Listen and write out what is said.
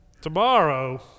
Tomorrow